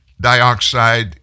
dioxide